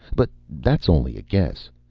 but that's only a guess.